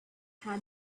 had